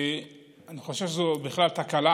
אני חושב שזו תקלה,